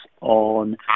on